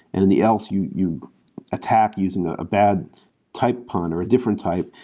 and in the else you you attack using ah a bad type pond, or a different type,